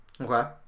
Okay